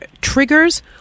triggers